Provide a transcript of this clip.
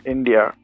India